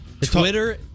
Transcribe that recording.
Twitter